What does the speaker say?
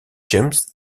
james